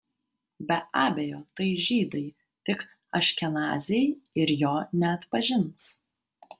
be abejo tai žydai tik aškenaziai ir jo neatpažins